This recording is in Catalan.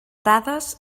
dades